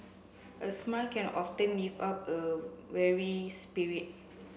a smile can often lift up a weary spirit